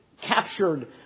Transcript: captured